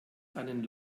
einen